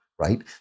right